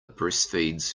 breastfeeds